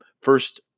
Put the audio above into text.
first